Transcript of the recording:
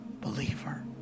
believer